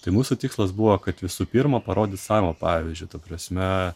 tai mūsų tikslas buvo kad visų pirma parodyt savo pavyzdžiui ta prasme